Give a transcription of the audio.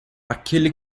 aquele